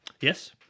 Yes